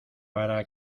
para